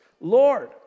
Lord